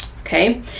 Okay